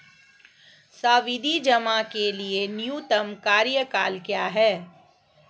सावधि जमा के लिए न्यूनतम कार्यकाल क्या है?